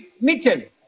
Mitchell